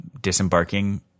disembarking